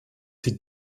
sie